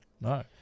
No